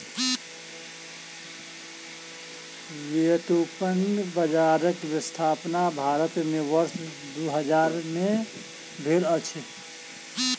व्युत्पन्न बजारक स्थापना भारत में वर्ष दू हजार में भेल छलै